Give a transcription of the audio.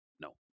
No